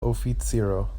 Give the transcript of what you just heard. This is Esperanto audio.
oficiro